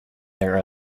their